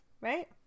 right